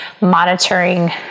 monitoring